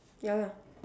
yeah lah